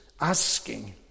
asking